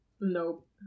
Nope